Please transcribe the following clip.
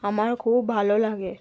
আমার খুব ভালো লাগে